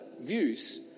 views